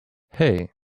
hey